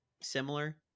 similar